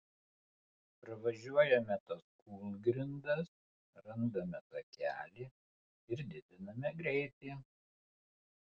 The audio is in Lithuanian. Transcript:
pravažiuojame tas kūlgrindas randame takelį ir didiname greitį